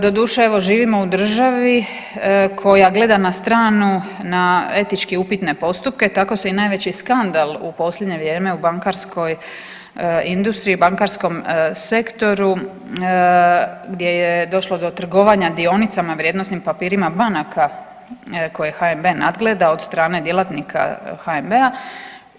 Doduše, evo živimo u državi koja gleda na stranu na etički upitne postupke, tako se i najveći skandal u posljednje vrijeme u bankarskoj industriji, u bankarskom sektoru gdje je došlo do trgovanja dionicama, vrijednosnim papirima banka koje HNB nadgleda od strane djelatnika HNB-a.